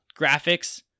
graphics